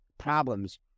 problems